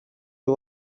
you